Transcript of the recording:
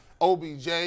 OBJ